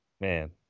man